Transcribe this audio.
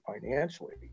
financially